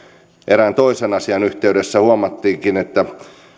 erään toisen asian yhteydessä huomattiinkin että